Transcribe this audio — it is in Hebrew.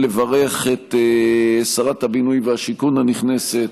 לברך את שרת הבינוי והשיכון הנכנסת,